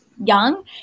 young